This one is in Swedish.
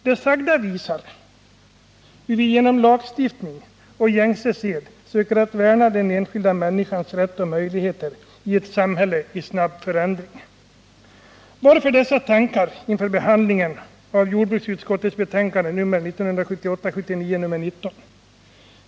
Det sagda visar hur vi genom lagstiftning och gängse sed söker att värna den enskilda människans rätt och möjligheter i ett samhälle i snabb förändring. Varför dessa tankar inför behandlingen av jordbruksutskottets betänkande nr 1978/79:19?